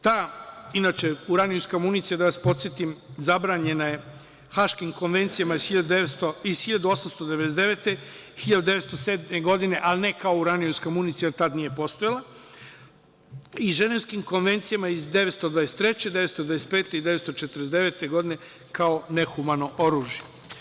Ta uranijumska municija, da vas podsetim, zabranjena je haškim konvencijama iz 1899. i 1907. godine, ali ne kao uranijumska municija, jer tada nije postojala, i ženevskim konvencijama iz 1923, 1925. i 1949. godine kao nehumano oružje.